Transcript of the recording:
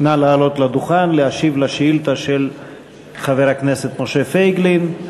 נא לעלות לדוכן להשיב על השאילתה של חבר הכנסת משה פייגלין.